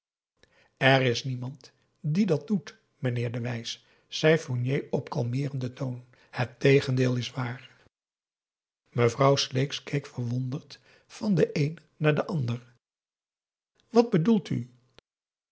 er is niemand die dat doet meneer de wijs zei fournier op kalmeerenden toon het tegendeel is waar mevrouw sleeks keek verwonderd van den een naar den ander wat bedoelt ie och